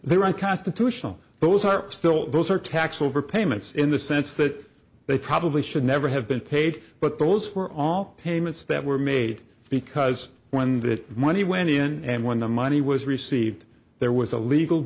they were unconstitutional those are still those are tax overpayments in the sense that they probably should never have been paid but those were all payments that were made because when that money went in and when the money was received there was a legal